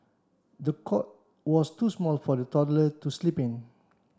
the cot was too small for the toddler to sleep in